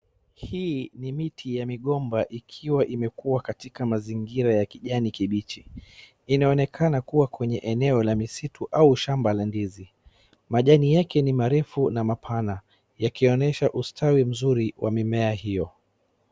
Hii ni miti ya migomba ikiwa imekua katika mazingira ya kijani kimbichi. Inaonekana kuwa kwenye eneo la misitu au shamba la ndizi. Majani yake ni marefu na mapana yakionyesha ustawi mzuri wa mimea hiyo.